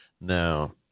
Now